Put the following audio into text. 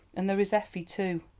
and there is effie too.